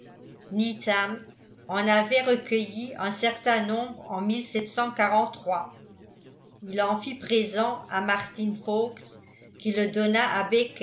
needham en avait recueilli un certain nombre en il en fit présent à martin folkes qui les donna